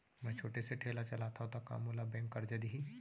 मैं छोटे से ठेला चलाथव त का मोला बैंक करजा दिही?